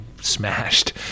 smashed